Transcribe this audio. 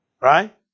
Right